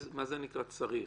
מה זה נקרא צריך?